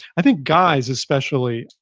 i think guys especially,